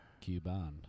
Cuban